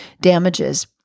damages